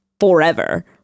forever